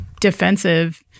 defensive